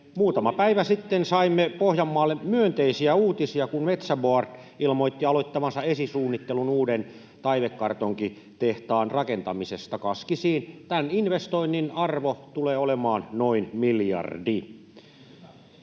Muutama päivä sitten saimme Pohjanmaalle myönteisiä uutisia, kun Metsä Board ilmoitti aloittavansa esisuunnittelun uuden taivekartonkitehtaan rakentamisesta Kaskisiin. Tämän investoinnin arvo tulee olemaan noin miljardi.